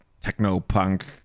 techno-punk